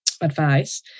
advice